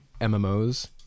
MMOs